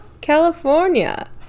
California